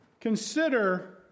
consider